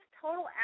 total